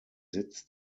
sitz